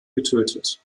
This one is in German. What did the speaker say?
getötet